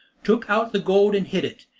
took out the gold and hid it,